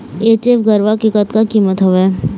HF गरवा के कतका कीमत हवए?